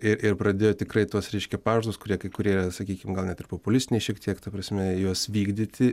ir ir pradėjo tikrai tuos reiškia pažadus kurie kai kurie yra sakykim gal net ir populistiniai šiek tiek ta prasme juos vykdyti